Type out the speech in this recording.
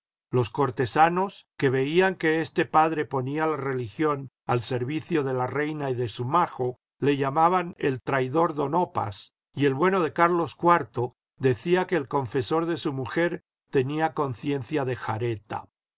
los cortesanos que veían que este padre ponía la religión al servicio de la reina y de su majo le llamaban el traidor don opas y el bueno de carlos iv decía que el confesor de su mujer tenía conciencia de jareta